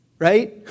Right